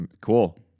cool